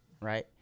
right